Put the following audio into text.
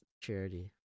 charity